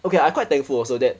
okay I quite thankful also that